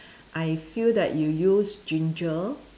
I feel that you use ginger